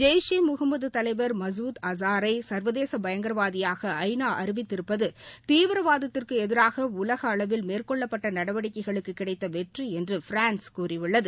ஜெய்ஷ் ஈ முகமது தலைவர் மசூத் ஆஸாரை ச்வதேச பயங்கரவாதியாக ஐ நா அறிவித்திருப்பது தீவிரவாதத்துக்கு எதிராக உலக அளவில் மேற்கொள்ளப்பட்ட நடவடிக்கைகளுக்கு கிடைத்த வெற்றி என்று பிரான்ஸ் கூறியுள்ளது